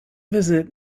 visit